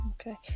okay